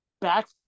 back